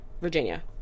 Virginia